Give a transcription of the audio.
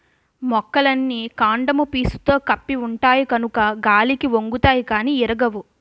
మొక్కలన్నీ కాండము పీసుతో కప్పి ఉంటాయి కనుక గాలికి ఒంగుతాయి గానీ ఇరగవు